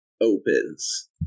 opens